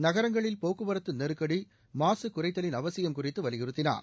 நகரங்களில் போக்குவரத்து நெருக்கடி மாசு குறைத்தலின் அவசியம் குறித்து வலியுறுத்தினார்